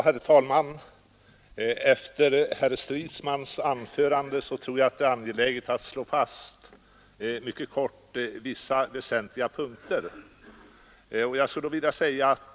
Herr talman! Efter herr Stridsmans anförande tror jag det är angeläget att fastslå vissa väsentliga punkter.